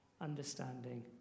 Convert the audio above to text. understanding